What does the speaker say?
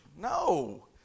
No